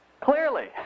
clearly